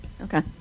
Okay